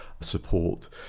support